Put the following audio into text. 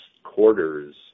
quarters